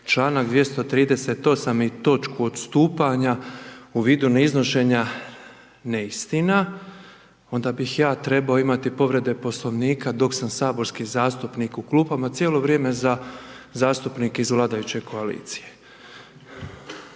članak 238. i točku odstupanja u vidu ne iznošenja neistina, onda bih ja trebao imati povrede Poslovnika dok sam saborski zastupnik u klupama cijelo vrijeme za zastupnike iz vladajuće koalicije.